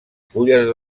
fulles